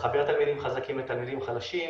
לחבר תלמידים חזקים לחלשים.